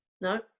No